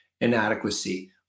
inadequacy